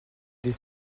des